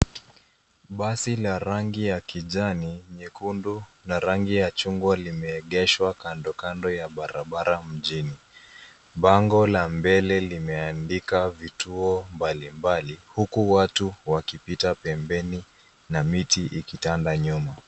Basi la rangi ya kijani, nyekundu na rangi ya chungwa limeegeshwa kando kando ya barabara mjini. Bango la mbele limeandika vituo mbalimbali huku watu wakipita pembeni na miti ikitanda nyuma.